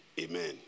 Amen